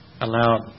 allowed